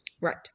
Right